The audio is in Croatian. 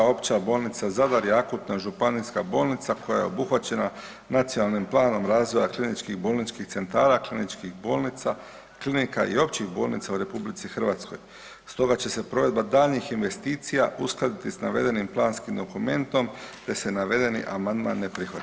Opća bolnica Zadar je akutna županijska bolnica koja je obuhvaćena nacionalnim planom razvoja kliničkih bolničkih centara kliničkih bolnica, klinika i općih bolnica u Republici Hrvatskoj stoga će se provedba daljnjih investicija uskladiti sa navedenim planskim dokumentom te se navedeni amandman ne prihvaća.